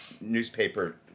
newspaper